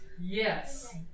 Yes